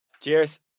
Cheers